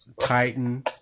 Titan